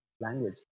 language